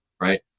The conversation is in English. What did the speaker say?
right